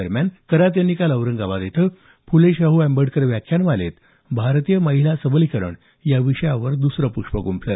दरम्यान करात यांनी काल औरंगाबाद इथं फुले शाहू आंबेडकर व्याख्यानमालेत भारतीय महिला सबलीकरण या विषयावर दुसरं पुष्प गुंफलं